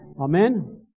Amen